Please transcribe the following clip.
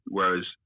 Whereas